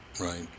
Right